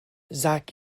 zak